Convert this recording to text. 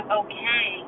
okay